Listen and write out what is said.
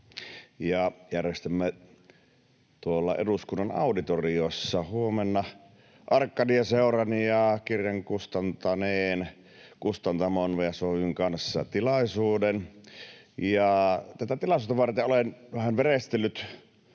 järjestämme tuolla eduskunnan auditoriossa huomenna Arkadia-seuran ja kirjan kustantaneen kustantamon, WSOY:n, kanssa tilaisuuden. Tätä tilaisuutta varten olen vähän verestellyt